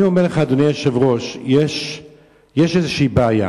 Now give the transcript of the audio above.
אני אומר לך, אדוני היושב-ראש, יש איזו בעיה.